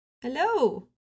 Hello